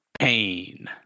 pain